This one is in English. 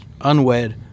unwed